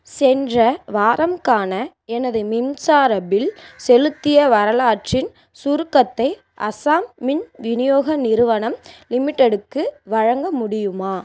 சென்ற வாரம்க்கான எனது மின்சார பில் செலுத்திய வரலாற்றில் சுருக்கத்தை அசாம் மின் விநியோக நிறுவனம் லிமிட்டெடுக்கு வழங்க முடியுமா